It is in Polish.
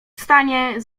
stanie